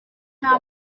nta